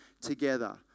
together